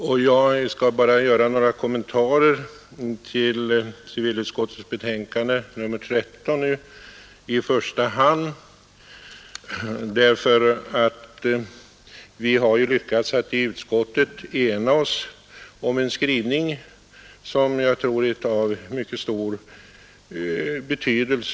JäR Ska bara göra Onsdagen den några kommentarer i första hand till civilutskottets betänkande nr 13, 19 april 1972 därför att vi i utskottet har lyckats ena oss om en skrivning som jag tror =—- LEG är av mycket stor betydelse.